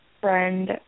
friend